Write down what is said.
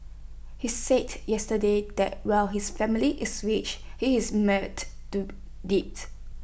he said yesterday that while his family is rich he is mired do debt